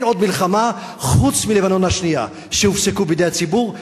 אין עוד מלחמה חוץ ממלחמת לבנון השנייה שהופסקה בידי הציבור.